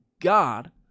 God